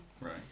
Right